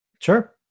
Sure